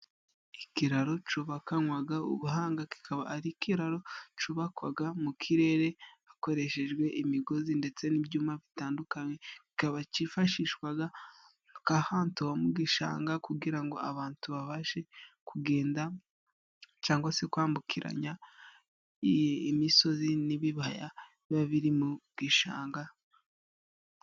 Ikiraro cyubakanywe ubuhanga, kikaba ari ikiraro cyubakwa mu kirere hakoreshejwe imigozi ndetse n'ibyuma bitandukanye, kikaba cyifashishwa nk'ahantu ho mu gishanga kugira ngo abantu babashe kugenda, cyangwa se kwambukiranya imisozi n'ibibaya biba biri mu gishanga.